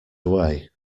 away